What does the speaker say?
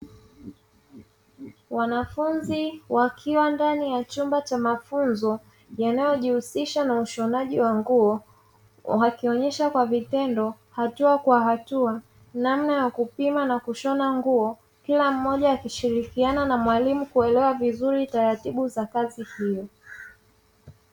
Wanafunzi wakiwa ndani ya chumba cha mafunzo yanayojihusisha na ushonaji wa nguo, wakionyesha kwa avitendo hatua kwa hatua namna ya kupima na kushona nguo. Kila mmoja akishiriakiana na mwalimu kuelewa vizuri taratibu za kazi hiyo.